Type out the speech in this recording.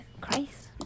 Christ